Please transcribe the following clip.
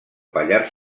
pallars